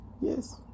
Yes